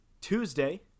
Tuesday